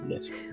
yes